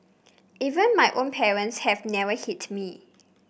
even my own parents have never hit me